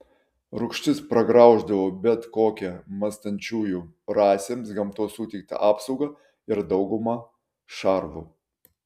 rūgštis pragrauždavo bet kokią mąstančiųjų rasėms gamtos suteiktą apsaugą ir daugumą šarvų